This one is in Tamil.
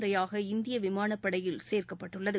முறையாக இந்திய விமானப்படையில் சேர்க்கப்பட்டுள்ளது